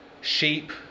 sheep